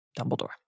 Dumbledore